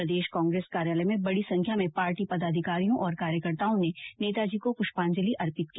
प्रदेश कांग्रेस कार्यालय में बड़ी संख्या में पार्टी पदाधिकारियों और कार्यकर्ताओं ने नेताजी को पुष्पाजंलि अर्पित की